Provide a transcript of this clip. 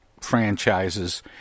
franchises